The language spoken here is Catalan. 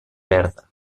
verda